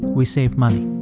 we save money.